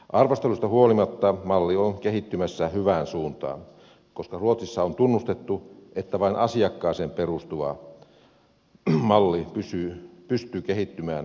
arvostelusta huolimatta malli on kehittymässä hyvään suuntaan koska ruotsissa on tunnustettu että vain asiakkaaseen perustuva malli pystyy kehittymään ajan mukana